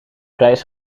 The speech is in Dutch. prijs